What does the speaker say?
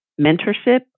mentorship